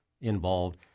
involved